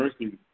mercy